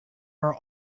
are